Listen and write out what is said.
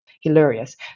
hilarious